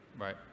Right